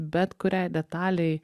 bet kuriai detalei